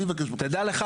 אני מבקש --- תדע לך,